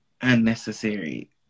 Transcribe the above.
unnecessary